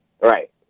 Right